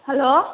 hello